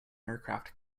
aircraft